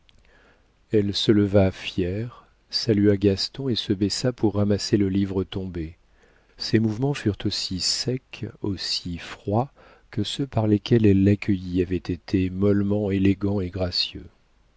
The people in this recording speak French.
elle se leva fière salua gaston et se baissa pour ramasser le livre tombé ses mouvements furent aussi secs aussi froids que ceux par lesquels elle l'accueillit avaient été mollement élégants et gracieux